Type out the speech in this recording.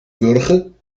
wurgen